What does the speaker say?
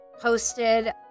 posted